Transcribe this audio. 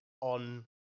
on